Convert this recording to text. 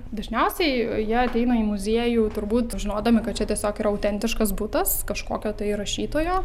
dažniausiai jie ateina į muziejų turbūt žinodami kad čia tiesiog yra autentiškas butas kažkokio tai rašytojo